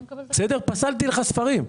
פסלתי לך ספרים.